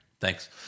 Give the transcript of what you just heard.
Thanks